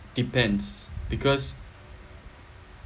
depends because